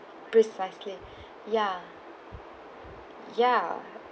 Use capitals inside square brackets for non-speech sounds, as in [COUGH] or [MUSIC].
precisely [BREATH] ya ya